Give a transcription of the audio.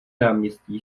náměstí